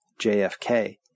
JFK